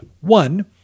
One